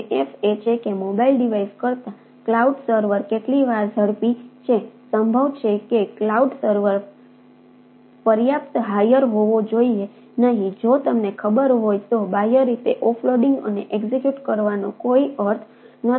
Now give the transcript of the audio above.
F એ છે કે મોબાઇલ ડિવાઇસ કરતા ક્લાઉડ સર્વર કરવાનો કોઈ અર્થ નથી